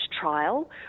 trial